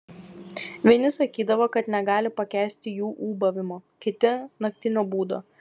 vieni sakydavo kad negali pakęsti jų ūbavimo kiti naktinio būdo